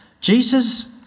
Jesus